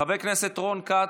חבר הכנסת רון כץ,